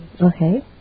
okay